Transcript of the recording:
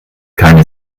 keine